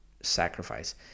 sacrifice